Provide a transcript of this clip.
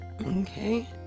okay